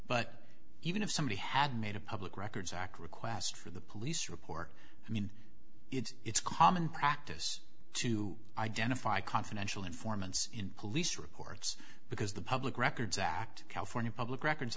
but even if somebody had made a public records act request for the police report i mean it's common practice to identify confidential informants in police reports because the public records act california public records